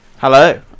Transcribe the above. hello